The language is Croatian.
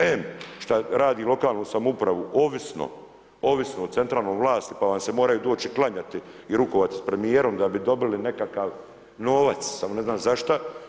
Em šta radi lokalnu samoupravu ovisno o centralnoj vlasti, pa vam se moraju doći klanjati i rukovati sa premijerom da bi dobili nekakav novac, samo ne znam za šta.